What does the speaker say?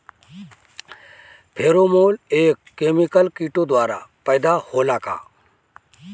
Pheromone एक chemical किटो द्वारा पैदा होला का?